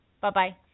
Bye-bye